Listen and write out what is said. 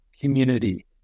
community